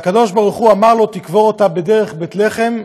והקדוש ברוך הוא אמר לו: תקבור אותה בדרך בית לחם,